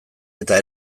eta